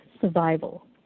survival